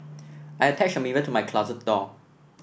I attached a mirror to my closet door